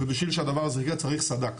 בשביל שהדבר הזה יקרה צריך סדר כוחות.